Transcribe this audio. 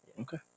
Okay